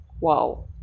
Wow